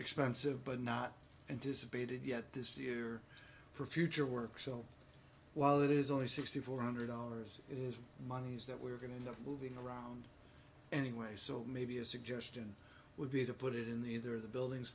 expensive but not anticipated yet this year for future work so while it is only sixty four hundred dollars it is monies that we're going to end up moving around anyway so maybe a suggestion would be to put it in the either the buildings